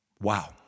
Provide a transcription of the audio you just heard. Wow